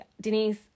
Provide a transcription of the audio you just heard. Denise